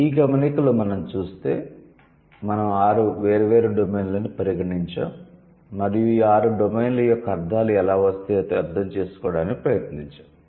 ఆ గమనికలో మనం చూస్తే మనం ఆరు వేర్వేరు డొమైన్లను పరిగణించాము మరియు ఈ ఆరు డొమైన్ల యొక్క అర్థాలు ఎలా వస్తాయో అర్థం చేసుకోవడానికి ప్రయత్నించాము